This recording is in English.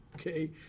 Okay